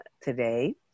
today